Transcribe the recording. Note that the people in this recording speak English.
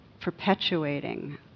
perpetuating